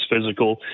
physical